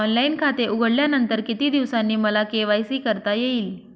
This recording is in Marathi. ऑनलाईन खाते उघडल्यानंतर किती दिवसांनी मला के.वाय.सी करता येईल?